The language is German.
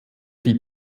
die